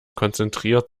konzentriert